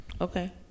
Okay